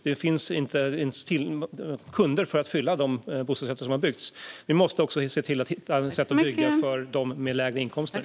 Det finns inte ens kunder för att fylla de bostadsrätter som har byggts. Vi måste också hitta sätt att bygga för dem med lägre inkomster.